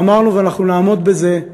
ואמרנו, ואנחנו נעמוד בזה: